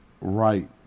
right